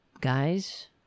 guys